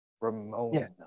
Ramona